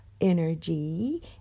energy